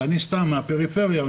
ואני סתם מן הפריפריה,